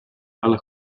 alla